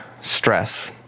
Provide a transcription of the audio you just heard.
stress